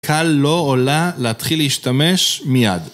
קל לא עולה להתחיל להשתמש מיד.